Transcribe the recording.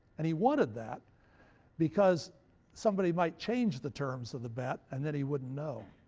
and he wanted that because somebody might change the terms of the bet and then he wouldn't know.